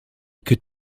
could